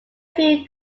few